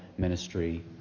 ministry